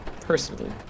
personally